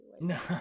no